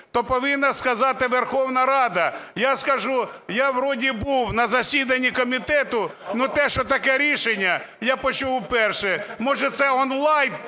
то повинна сказати Верховна Рада. Я скажу: я, вроде, був на засіданні комітету, но те, що таке рішення, я почув вперше. Може це онлайн...